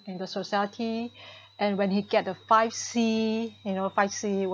in the society and when he get a five C you know five C